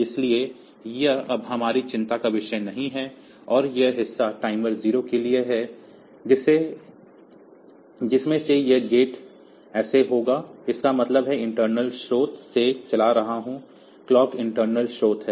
इसलिए यह अब हमारी चिंता का विषय नहीं है और यह हिस्सा टाइमर 0 के लिए है जिसमें से यह गेट ऐसा है इसका मतलब है मैं इंटर्नल स्रोत से चला रहा हूं क्लॉक इंटर्नल स्रोत है